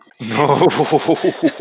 no